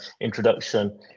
introduction